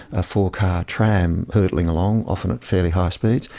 a four-car tram hurtling along, often at fairly high speeds.